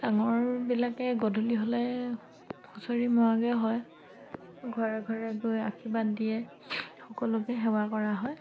ডাঙৰবিলাকে গধূলি হ'লে হুঁচৰি মৰাগৈ হয় ঘৰে ঘৰে গৈ আশীৰ্বাদ দিয়ে সকলোকে সেৱা কৰা হয়